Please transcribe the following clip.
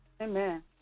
Amen